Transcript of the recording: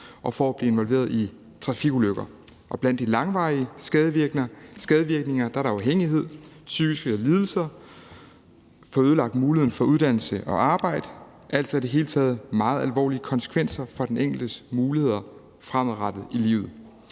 for at blive involveret i trafikulykker. Og blandt de langvarige skadevirkninger er der afhængighed, psykiske lidelser, at få ødelagt muligheden for at få uddannelse og arbejde, altså i det hele taget meget alvorlige konsekvenser for den enkeltes muligheder fremadrettet i livet.